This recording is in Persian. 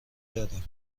داریم